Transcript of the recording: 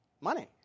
money